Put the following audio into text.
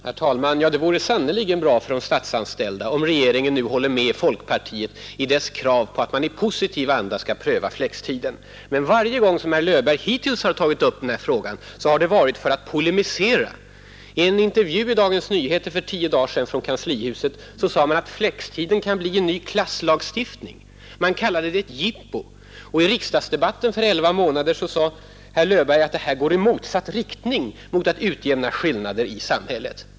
Herr talman! Det vore verkligen bra för de statsanställda om regeringen nu börjar hålla med folkpartiet i vårt krav på att man i positiv anda skall pröva flextiden. Men varje gång som herr Löfberg hittills har tagit upp den här frågan har det varit för att polemisera. I en intervju i Dagens Nyheter för tio dagar sedan sade man att flextiden kan bli en ny ”klasslagstiftning”. Man kallade det ”jippo”. I riksdagsdebatten för elva månader sedan sade herr Löfberg att det här går i motsatt riktning mot att ”utjämna skillnader” i samhället.